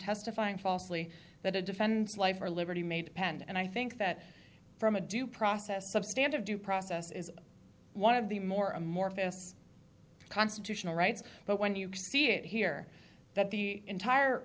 testifying falsely that a defense life or liberty may depend and i think that from a due process of stand of due process is one of the more amorphous constitutional rights but when you see it here that the entire